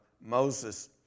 Moses